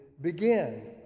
begin